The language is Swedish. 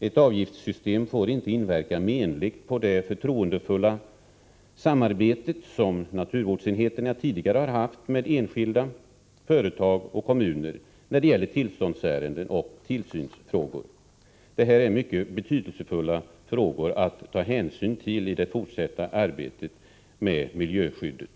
Ett avgiftssystem får inte inverka menligt på det förtroendefulla samarbete som naturvårdsenheterna tidigare har haft med enskilda företag och kommuner när det gäller tillståndsärenden och tillsynsfrågor. Detta är mycket betydelsefulla frågor att ta hänsyn till i det fortsatta arbetet med miljöskyddet.